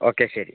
okay ശരി